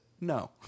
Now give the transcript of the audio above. No